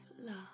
love